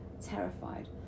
terrified